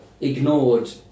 ignored